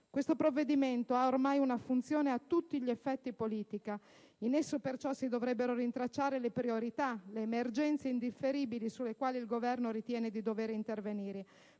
Questo provvedimento ha ormai una funzione a tutti gli effetti politica; in esso, perciò, si dovrebbero rintracciare le priorità, le emergenze indifferibili sulle quali il Governo ritiene di dover intervenire.